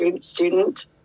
student